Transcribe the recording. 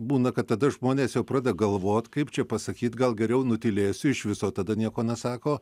būna kad tada žmonės jau pradeda galvot kaip čia pasakyt gal geriau nutylėsiu iš viso tada nieko nesako